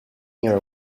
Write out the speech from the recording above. your